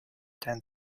ten